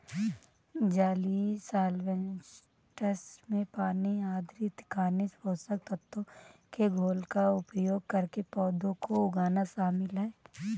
जलीय सॉल्वैंट्स में पानी आधारित खनिज पोषक तत्वों के घोल का उपयोग करके पौधों को उगाना शामिल है